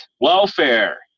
welfare